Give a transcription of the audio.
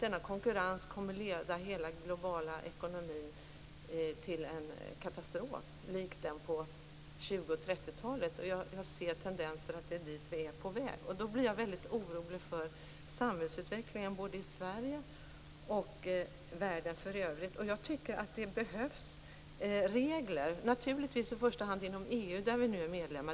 Denna konkurrens kommer att leda hela den globala ekonomin till en katastrof likt den på 1920 och 1930-talen. Jag ser tendenser att vi är på väg dit. Jag blir orolig för samhällsutvecklingen i Sverige och i världen för övrigt. Det behövs regler, naturligtvis i första hand inom EU, där Sverige nu är medlem.